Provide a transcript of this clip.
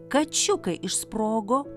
kačiukai išsprogo